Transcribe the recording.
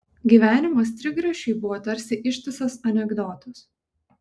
gyvenimas trigrašiui buvo tarsi ištisas anekdotas